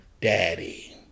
daddy